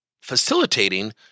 facilitating